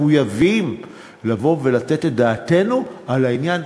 מחויבים לתת את דעתנו על העניין.